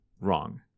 wrong